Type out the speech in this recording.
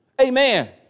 Amen